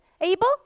Abel